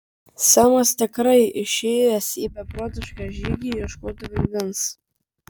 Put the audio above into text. semas tikrai išėjęs į beprotišką žygį ieškoti vandens